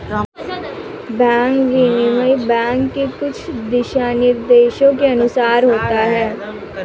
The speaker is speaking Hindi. बैंक विनिमय बैंक के कुछ दिशानिर्देशों के अनुसार होता है